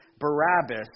Barabbas